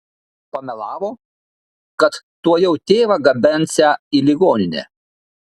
pamelavo kad tuojau tėvą gabensią į ligoninę